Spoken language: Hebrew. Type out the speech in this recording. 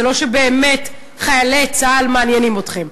זה לא שבאמת חיילי צה"ל מעניינים אתכם.